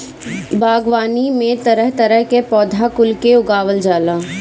बागवानी में तरह तरह के पौधा कुल के उगावल जाला